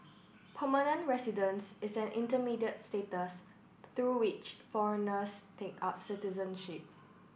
permanent residence is an intermediate status through which foreigners take up citizenship